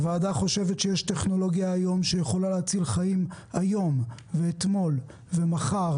הוועדה חושבת שיש טכנולוגיה היום שיכולה להציל חיים היום ואתמול ומחר